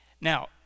Now